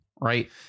right